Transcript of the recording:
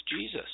Jesus